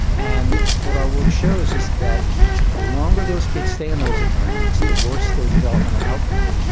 and what our work shows is that the longer those kids stay in those environments, the worse their developmental outcome,